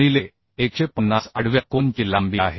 गुणिले 150 आडव्या कोन ची लांबी आहे